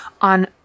on